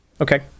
okay